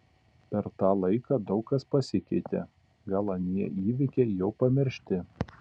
per tą laiką daug kas pasikeitė gal anie įvykiai jau pamiršti